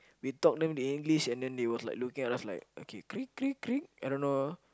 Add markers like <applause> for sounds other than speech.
we talk them in English and then they was looking at us like okay <noise> I don't know